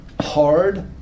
hard